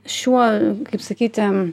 šiuo kaip sakyti